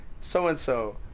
so-and-so